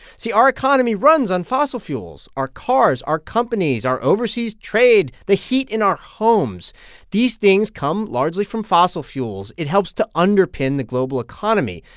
see, our economy runs on fossil fuels. our cars, our companies, our overseas trade, the heat in our homes these things come largely from fossil fuels. it helps to underpin the global economy,